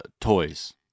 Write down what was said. toys